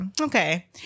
Okay